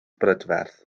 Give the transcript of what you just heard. brydferth